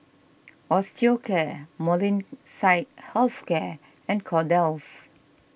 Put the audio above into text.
Osteocare Molnylcke Health Care and Kordel's